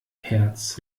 herz